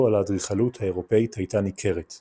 על האדריכלות האירופאית הייתה ניכרת.